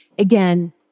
again